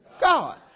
God